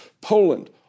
Poland